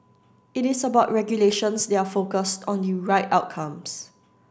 it is about regulations that are focused on the right outcomes